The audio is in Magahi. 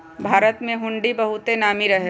भारत में हुंडी बहुते नामी रहै